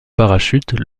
parachute